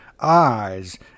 eyes